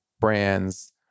brands